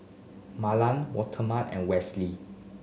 Marlon Waldemar and Westley